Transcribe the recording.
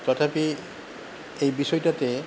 তথাপি এই বিষয়টাতে